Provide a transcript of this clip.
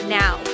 now